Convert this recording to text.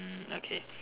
ah okay